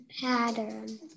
pattern